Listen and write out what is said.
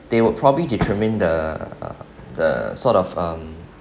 they would probably determine the the sort of um